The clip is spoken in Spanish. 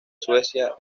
suecia